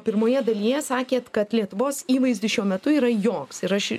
pirmoje dalyje sakėt kad lietuvos įvaizdis šiuo metu yra joks ir aš